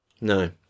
no